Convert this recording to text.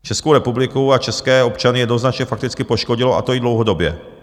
Českou republiku a české občany to jednoznačně fakticky poškodilo, a to i dlouhodobě.